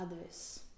others